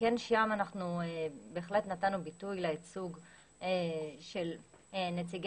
וכן שם אנחנו בהחלט נתנו ביטוי לייצוג של נציגי